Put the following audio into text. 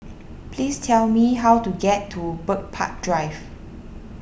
please tell me how to get to Bird Park Drive